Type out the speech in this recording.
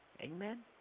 Amen